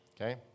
okay